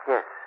Yes